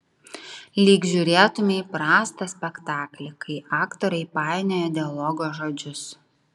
lyg žiūrėtumei prastą spektaklį kai aktoriai painioja dialogo žodžius